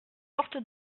porte